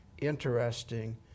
interesting